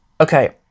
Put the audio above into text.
Okay